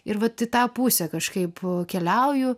ir vat į tą pusę kažkaip keliauju